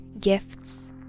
gifts